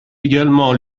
également